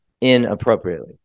inappropriately